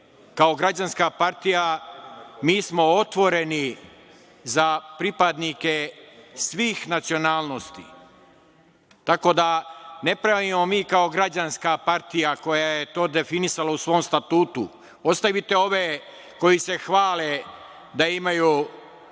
Kao građanska partija mi smo otvoreni za pripadnike svih nacionalnosti, tako da ne pravimo mi kao građanska partija koja je to definisala u svom statutu. Ostavite ove koji se hvale da imaju